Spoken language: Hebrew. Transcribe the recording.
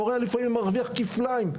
מורה לפעמים מרוויח כפליים.